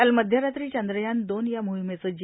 काल मध्यरात्री चांद्रयान दोन या मोहिमेचं जी